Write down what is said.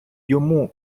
йому